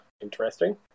Interesting